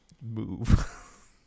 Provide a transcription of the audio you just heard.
move